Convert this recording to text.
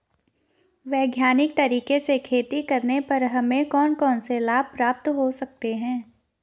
वैज्ञानिक तरीके से खेती करने पर हमें कौन कौन से लाभ प्राप्त होंगे?